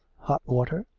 hot water.